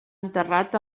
enterrat